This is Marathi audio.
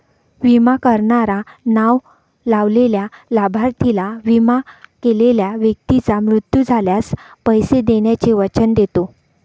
विमा करणारा नाव लावलेल्या लाभार्थीला, विमा केलेल्या व्यक्तीचा मृत्यू झाल्यास, पैसे देण्याचे वचन देतो